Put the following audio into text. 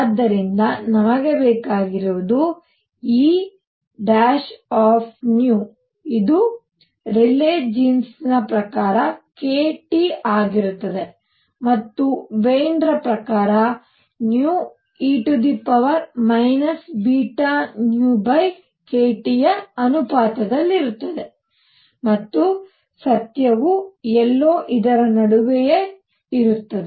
ಆದ್ದರಿಂದ ನಮಗೆ ಬೇಕಾಗಿರುವುದು E ಇದು ರೇಲೀ ಜೀನ್ಸ್ ಪ್ರಕಾರ k T ಆಗಿರುತ್ತದೆ ಮತ್ತು ವೀನ್ ಪ್ರಕಾರe βνkT ಅನುಪಾತದಲ್ಲಿರುತ್ತದೆ ಮತ್ತು ಸತ್ಯವು ಎಲ್ಲೋ ಇದರ ನಡುವೆ ಇರುತ್ತದೆ